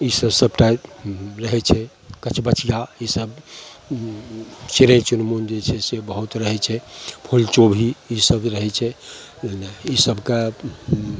ईसब सबटा रहै छै कचबचिआ ईसब चिड़ै चुनमन जे छै से बहुत रहै छै फुलचोभी ईसब रहै छै ईसबके